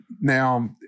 Now